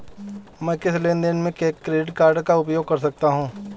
मैं किस लेनदेन में क्रेडिट कार्ड का उपयोग कर सकता हूं?